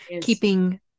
keeping